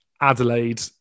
Adelaide